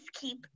keep